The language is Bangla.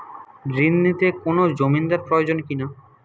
ঋণ নিতে কোনো জমিন্দার প্রয়োজন কি না?